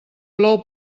plou